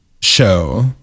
show